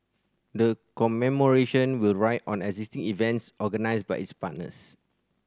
the commemoration will ride on existing events organised by its partners